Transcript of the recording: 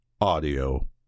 audio